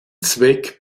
zweck